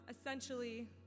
essentially